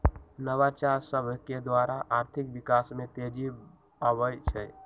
नवाचार सभकेद्वारा आर्थिक विकास में तेजी आबइ छै